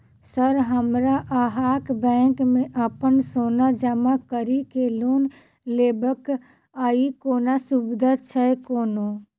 Sir हमरा अहाँक bank मे अप्पन सोना जमा करि केँ लोन लेबाक अई कोनो सुविधा छैय कोनो?